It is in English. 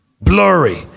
Blurry